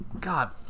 God